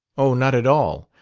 oh, not at all.